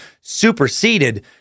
superseded